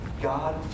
God